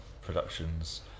productions